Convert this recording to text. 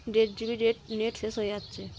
দেড় G B দেট net শেষ হয়ে যাচ্ছে